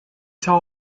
saa